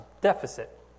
deficit